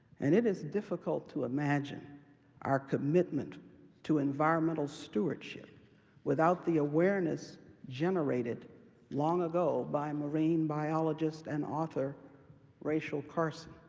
and it is difficult to imagine our commitment to environmental stewardship without the awareness generated long ago by marine biologist and author rachel carson.